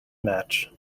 match